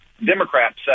Democrats